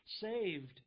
saved